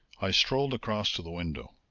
i strolled across to the window.